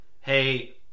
hey